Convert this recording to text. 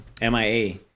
MIA